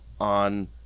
on